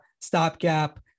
stopgap